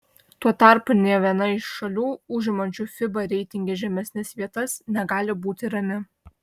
tuo tarpu nė viena iš šalių užimančių fiba reitinge žemesnes vietas negali būti rami